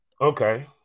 Okay